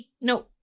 No